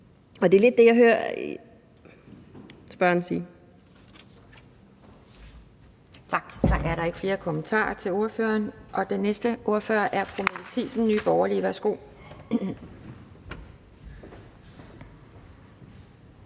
og det er lidt det, jeg hører spørgeren sige.